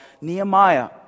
Nehemiah